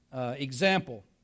example